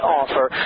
offer